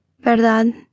Verdad